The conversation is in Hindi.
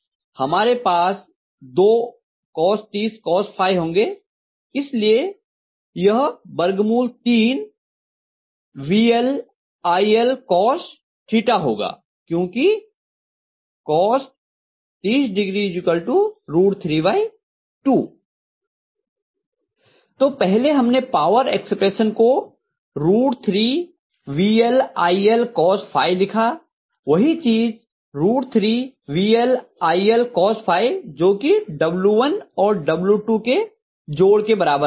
हमारे पास दो cos30 cos होंगे इसलिए यह बर्गमूल 3 VLILcos होगा क्यूंकि cos30 3 2 तो पहले हमने पावर एक्सप्रेशन को 3 VL ILcos लिखा वही चीज 3 VL ILcos जो कि W1 और W2 के जोड़ के बराबर आता है